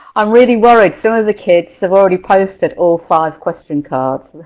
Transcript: i'm really worried, some of the kids have already posted all five question cards.